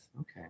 Okay